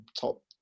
top